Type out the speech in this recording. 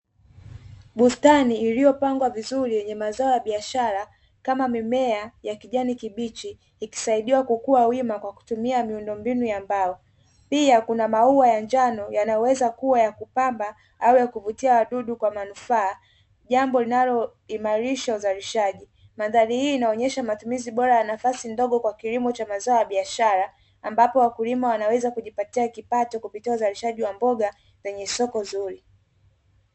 Bustani iliyopangwa vizuri yenye mazao ya biashara kama mimea ya kijani kibichi, ikisaidiwa kukua wima kwa kutumia miundombinu ya mbao, pia kuna maua ya njano yanaweza kuwa ya kupamba au ya kuvutia wadudu kwa manufaa jambo linaloimarishwa uzalishaji. Mandhari hii inaonyesha matumizi bora ya nafasi ndogo kwa kilimo cha mazao ya biashara, ambapo wakulima wanaweza kujipatia kipato kupitia uzalishaji wa mboga zenye soko zuri.